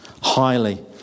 highly